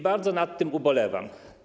Bardzo nad tym ubolewam.